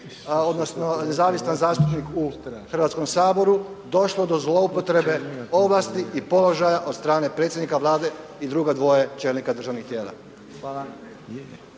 poslova i nezavisan zastupnik u Hrvatskom saboru došlo do zloupotrebe ovlasti i položaja od strane predsjednika Vlade i drugo dvoje čelnika državnih tijela?